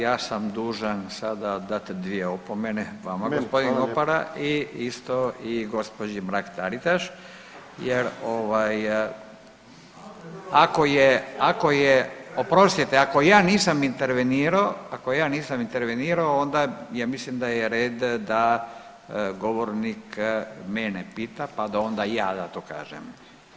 Ja sam dužan sada dati dvije opomene, vama g. Opara i isto i gđi. Mrak-Taritaš jer ovaj ako je, ako je, oprostite ako ja nisam intervenirao, ako ja nisam intervenirao onda ja mislim da je red da govornik mene pita, pa da onda ja da to kažem.